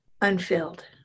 unfilled